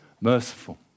merciful